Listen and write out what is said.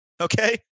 okay